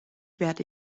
werde